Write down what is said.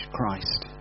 Christ